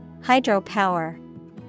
Hydropower